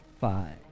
five